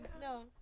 No